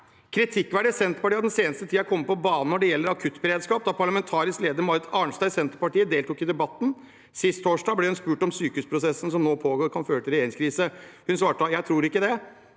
««Kritikkverdig» Senterpartiet har den seneste tiden kommet på banen når det gjelder akuttberedskap. Da parlamentarisk leder Marit Arnstad i Senterpartiet deltok i Debatten sist torsdag ble hun spurt om sykehusprosessene som nå pågår kan føre til regjeringskrise. Hun svarte da: – Jeg tror ikke det.